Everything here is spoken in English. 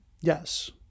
Yes